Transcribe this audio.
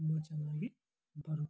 ತುಂಬ ಚೆನ್ನಾಗಿ ಬರು